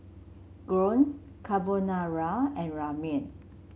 Gyros Carbonara and Ramen